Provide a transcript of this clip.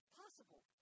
possible